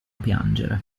piangere